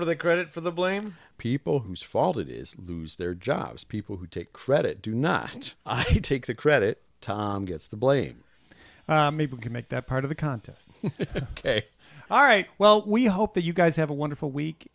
for the credit for the blame people whose fault it is lose their jobs people who take credit do not take the credit gets the blame maybe we can make that part of the contest ok all right well we hope that you guys have a wonderful week